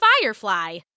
Firefly